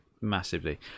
massively